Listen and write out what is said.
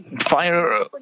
fire